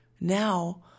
Now